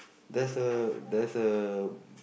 there's a there's a